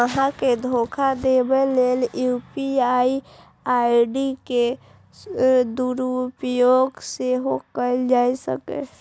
अहां के धोखा देबा लेल यू.पी.आई आई.डी के दुरुपयोग सेहो कैल जा सकैए